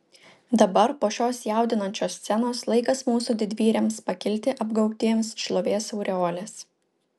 dabar po šios jaudinančios scenos laikas mūsų didvyriams pakilti apgaubtiems šlovės aureolės